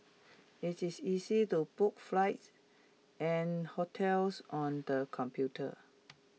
IT is easy to book flights and hotels on the computer